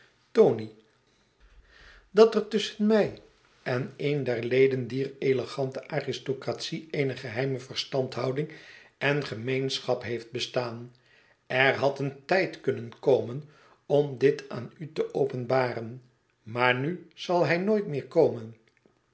tony dat er tusschen mij en een der leden dier elegante aristocratie eene geheime verstandhouding en gemeenschap heeft bestaan er had een tijd kunnen komen om dit aan u te openbaren maar nu zal hij nooit meer komen